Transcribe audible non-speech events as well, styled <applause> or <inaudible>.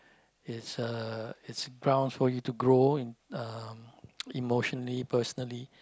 is uh is ground for you to grow in uh <noise> emotionally personally